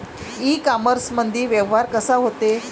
इ कामर्समंदी व्यवहार कसा होते?